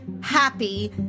happy